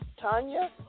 Tanya